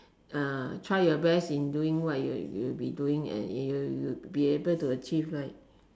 uh try your best in doing what you are doing you you you will be able to achieve ah